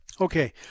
Okay